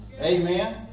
amen